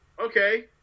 Okay